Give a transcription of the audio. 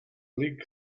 league